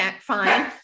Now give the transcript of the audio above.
fine